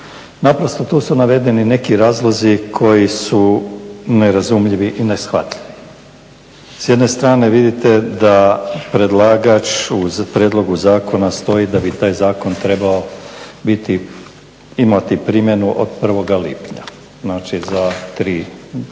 Naprosto tu su navedeni neki razlozi koji su nerazumljivi i neshvatljivi. S jedne strane vidite da predlagač u prijedlogu zakona stoji da bi taj zakon trebao imati primjenu od 1. lipnja. Znači, za tri